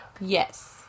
Yes